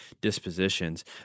dispositions